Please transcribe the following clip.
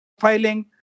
filing